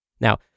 Now